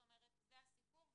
זאת אומרת זה הסיפור,